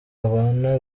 abana